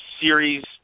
series